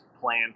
plan